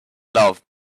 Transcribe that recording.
love